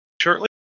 Shortly